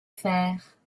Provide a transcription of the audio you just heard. faire